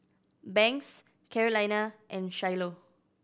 Banks Carolina and Shiloh